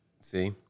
See